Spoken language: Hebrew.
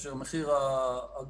כאשר מחיר הגז,